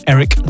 Eric